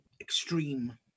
extreme